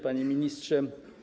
Panie Ministrze!